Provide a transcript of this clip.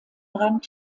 brand